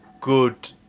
good